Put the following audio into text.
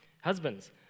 Husbands